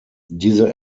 diese